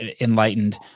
enlightened